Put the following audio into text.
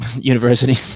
university